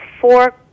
four